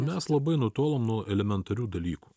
mes labai nutolo nuo elementarių dalykų